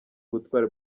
ubutwari